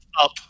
Up